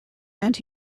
and